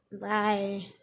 Bye